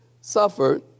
suffered